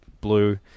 blue